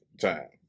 time